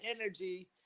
energy